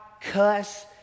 cuss